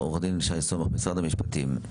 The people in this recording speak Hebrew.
עו"ד שי סומך ממשרד המשפטים,